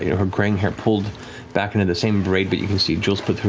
her graying hair pulled back into the same braid, but you can see jewels put through,